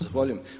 Zahvaljujem.